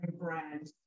brand